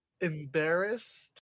Embarrassed